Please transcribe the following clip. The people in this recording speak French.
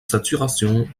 saturation